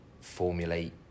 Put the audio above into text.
formulate